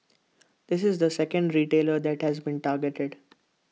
this is the second retailer that has been targeted